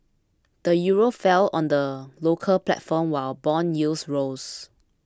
the euro fell on the local platform while bond yields rose